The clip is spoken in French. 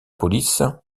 police